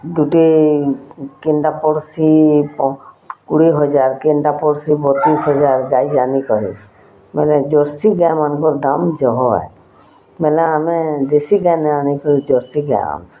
ଗୁଟେ କେନ୍ଟା ପଡ଼୍ସି କୁଡ଼େ ହଜାର୍ କେନ୍ଟା ପଡ଼୍ସି ବତିଶ୍ ହଜାର୍ ଗାଏ ଜାନିକରି ମାନେ ଜର୍ସି ଗାଏର ଦାମ୍ ଜହ ଏ ବଲେ ଆମେ ଦେଶୀ ଗାଏ ନ ଆନି କରି ଜର୍ସି ଗାଏ ଆନ୍ସୁଁ